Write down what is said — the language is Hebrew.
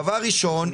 דבר ראשון,